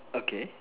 okay